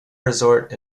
resort